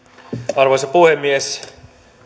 arvoisa puhemies